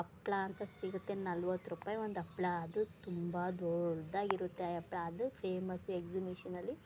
ಹಪ್ಳ ಅಂತ ಸಿಗುತ್ತೆ ನಲ್ವತ್ತು ರೂಪಾಯಿ ಒಂದು ಹಪ್ಳ ಅದು ತುಂಬ ದೋಡ್ದಾಗಿರುತ್ತೆ ಆ ಹಪ್ಳ ಅದು ಫೇಮಸ್ ಎಗ್ಝಿಮಿಷನ್ ಅಲ್ಲಿ